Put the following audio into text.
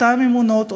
אותן אמונות,